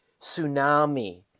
tsunami